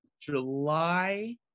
July